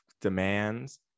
demands